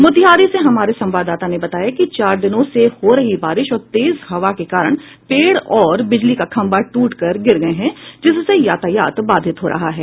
मोतिहारी से हमारे संवाददाता ने बताया कि चार दिनों से हो रही बारिश और तेज हवा के कारण पेड़ और बिजली का खंभा टूट कर गिर गये है जिससे यातायात बाधित हो रहा है